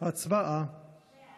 באופן קבוע את ההסדרים שנקבעו בהוראת